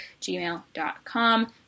gmail.com